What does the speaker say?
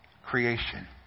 creation